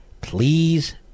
please